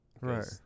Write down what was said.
Right